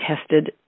tested